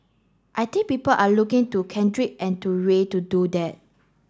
I think people are looking to Kendrick and to Ray to do that